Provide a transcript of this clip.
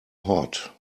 hot